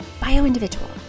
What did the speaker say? bio-individual